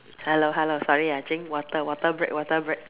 hello hello sorry I drink water water break water break